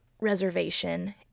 reservation